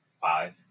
Five